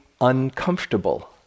uncomfortable